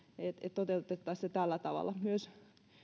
toteutettaisiin se tällä tavalla myös